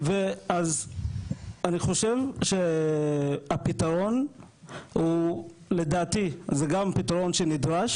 ואז אני חושב שהפתרון הוא לדעתי זה גם פתרון שנדרש